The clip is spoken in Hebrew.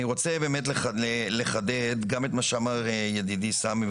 אני רוצה לחדד גם את מה שאמר ידידי סמי,